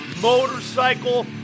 motorcycle